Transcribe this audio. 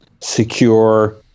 secure